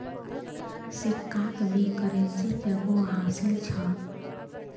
सिक्काक भी करेंसीर जोगोह हासिल छ